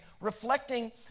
reflecting